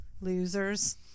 losers